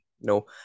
No